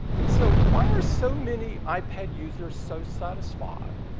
and so, why are so many ipad users so satisfied?